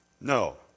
No